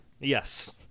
yes